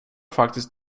faktiskt